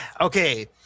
Okay